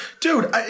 dude